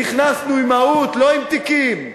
נכנסנו עם מהות, לא עם תיקים.